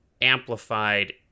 amplified